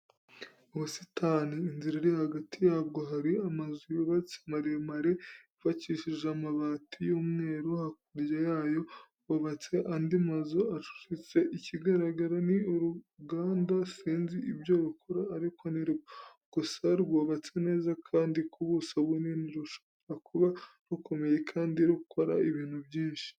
Ubusitani, inzira hagati yabwo hari amazu yubatse maremare yubakishije amabati y'umweru, hakurya yayo hubatse andi mazu acucitse. Ikigaragara ni uruganda. Sinzi ibyo rukora ariko ni rwo. Gusa rwubatse neza kandi ku buso bunini. Rushobora kuba rukomeye kandi rukora ibintu byinshi.